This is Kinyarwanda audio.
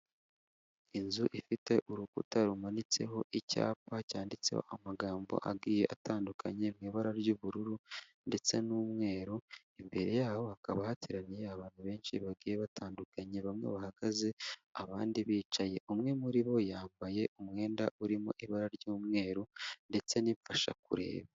Inzu ifite urukuta rumanitseho icyapa cyanditseho amagambo agiye atandukanye mu ibara ry'ubururu ndetse n'umweru, imbere yaho hakaba hateraniye abantu benshi bagiye batandukanye, bamwe bahagaze, abandi bicaye, umwe muri bo yambaye umwenda urimo ibara ry'umweru ndetse n'imfasha kureba